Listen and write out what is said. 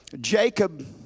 Jacob